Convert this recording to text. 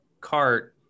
cart